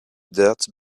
dirt